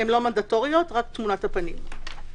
רק תמונת הפנים.